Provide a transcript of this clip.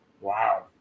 Wow